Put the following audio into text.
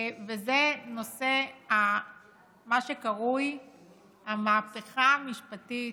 וזה מה שקרוי המהפכה המשפטית,